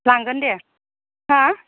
लांगोन दे हो